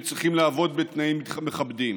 שצריכים לעבוד בתנאים מכבדים.